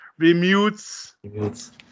Remutes